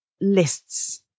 lists